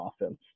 offense